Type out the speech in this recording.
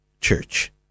church